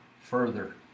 further